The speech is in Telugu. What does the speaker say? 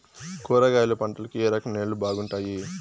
కూరగాయల పంటలకు ఏ రకం నేలలు బాగుంటాయి?